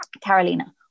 Carolina